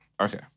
okay